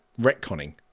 retconning